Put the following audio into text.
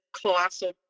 colossal